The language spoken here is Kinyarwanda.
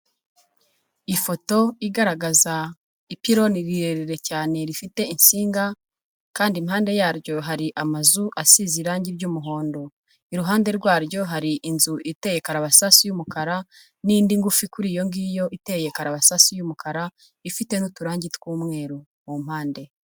ifoto igaragaza ipiloni rirerirere cyane rifite insinga kandi impande yaryo hari amazu asize irangi ry'umuhondo iruhande rwaryo hari inzu iteye karabasasa y'umukara n'indi ngufi kuri iyo ngiyo iteye karabasasa y'umukara ifite n'uturangi tw'umweru mu mpande.